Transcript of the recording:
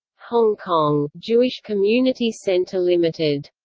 hong kong jewish community centre ltd.